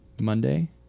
monday